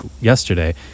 yesterday